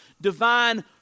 divine